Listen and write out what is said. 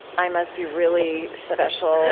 i must be really special.